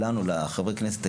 לחברי הכנסת,